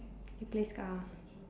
you play Scar